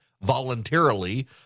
voluntarily